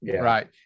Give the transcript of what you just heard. right